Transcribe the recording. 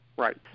Right